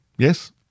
Yes